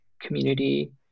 community